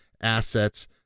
assets